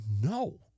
no